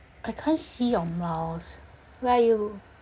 I can't see your mouse where are you